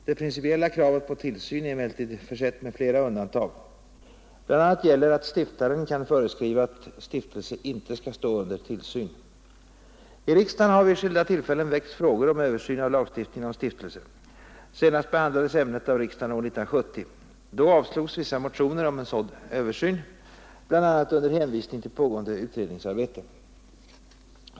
Det principiella kravet på tillsyn är emellertid försett med flera undantag. Bl. a. gäller att stiftaren kan föreskriva att stiftelse inte skall stå under tillsyn. I riksdagen har vid skilda tillfällen väckts frågor om översyn av lagstiftningen om stiftelser. Senast behandlades ämnet av riksdagen år 1970. Då avslogs vissa motioner om en sådan översyn, bl.a. under hänvisning till pågående utredningsarbete.